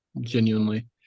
genuinely